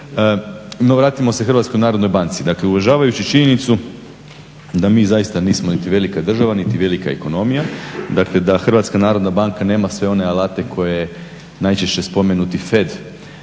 No, vratimo se HNB, dakle uvažavajući činjenicu da mi zaista nismo niti velika država niti velika ekonomija, dakle da HNB nema sve one alate koje najčešće spomenuti FED